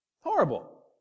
Horrible